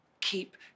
Keep